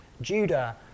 Judah